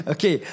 Okay